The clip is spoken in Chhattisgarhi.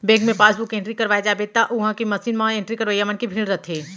बेंक मे पासबुक एंटरी करवाए जाबे त उहॉं के मसीन म एंट्री करवइया मन के भीड़ रथे